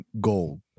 gold